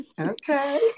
Okay